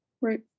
Right